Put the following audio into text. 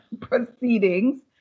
proceedings